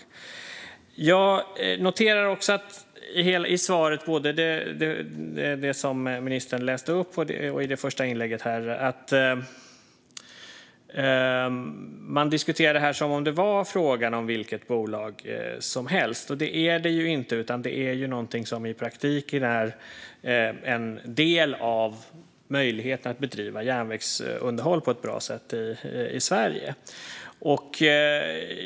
Jag noterar också att ministern, både i det svar han läste upp och i sitt första inlägg, diskuterar detta som om det var frågan om vilket bolag som helst. Det är det ju inte, utan det rör sig i praktiken om en del av möjligheten att bedriva järnvägsunderhåll på ett bra sätt i Sverige.